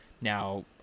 Now